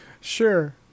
Sure